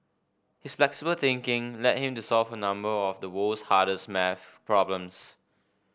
his flexible thinking led him to solve a number of the world's hardest maths problems